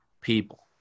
people